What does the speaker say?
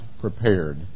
prepared